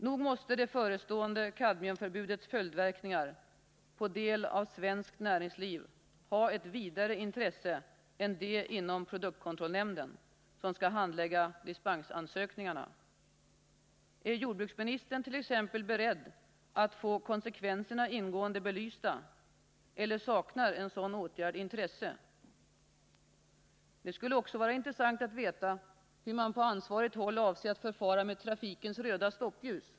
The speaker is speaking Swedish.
Nog måste det förestående kadmiumförbudets följdverkningar på delar av svenskt näringsliv ha ett vidare intresse än det inom produktkontrollnämnden, som avser handläggningen av dispensansökningarna. Är jordbruksministern t.ex. beredd att få konsekvenserna ingående belysta eller saknar en sådan åtgärd intresse? Det skulle också vara intressant att veta hur man på ansvarigt håll avser att förfara med trafikens röda stoppljus.